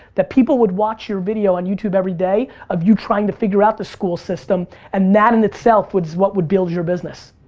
that people would watch your video on youtube everyday, of you trying to figure out the school system, and that in itself is what would build your business.